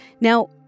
Now